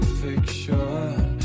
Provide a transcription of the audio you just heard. fiction